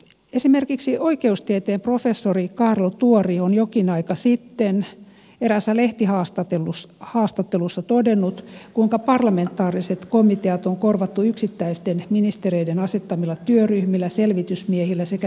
esimerkiksi oikeustieteen professori kaarlo tuori on jokin aika sitten eräässä lehtihaastattelussa todennut kuinka parlamentaariset komiteat on korvattu yksittäisten ministereiden asettamilla työryhmillä selvitysmiehillä sekä virkamiesvalmisteluilla